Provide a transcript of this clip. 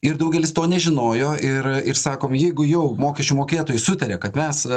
ir daugelis to nežinojo ir ir sakom jeigu jau mokesčių mokėtojai sutaria kad mes